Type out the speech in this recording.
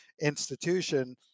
institution